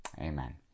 Amen